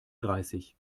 dreißig